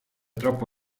troppo